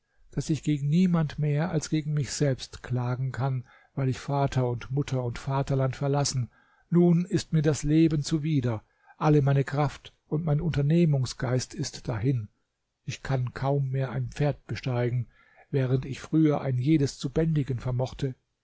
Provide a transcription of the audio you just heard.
daß ich gegen niemand mehr als gegen mich selbst klagen kann weil ich vater und mutter und vaterland verlassen nun ist mir das leben zuwider alle meine kraft und mein unternehmungsgeist ist dahin ich kann kaum mehr ein pferd besteigen während ich früher ein jedes zu bändigen vermochte